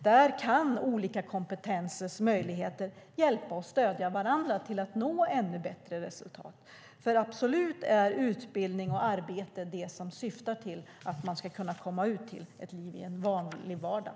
Där kan olika kompetenser hjälpa och stödja varandra till att nå ännu bättre resultat. Absolut är utbildning och arbete det som syftar till att man ska kunna komma ut till ett liv i en vanlig vardag.